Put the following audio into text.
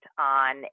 on